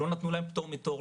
שלא נתנו להם פטור מתור,